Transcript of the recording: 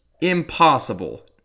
impossible